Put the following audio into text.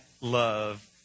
love